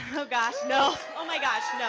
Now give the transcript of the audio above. oh gosh, no. oh my gosh, no,